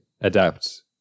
adapt